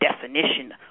definition